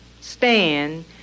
stand